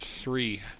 three